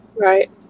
right